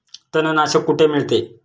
तणनाशक कुठे मिळते?